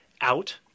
out